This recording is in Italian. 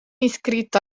iscritto